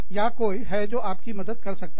या कोई है जो आपकी मदद कर सकता है